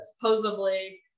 supposedly